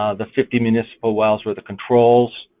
ah the fifty municipal wells were the controls.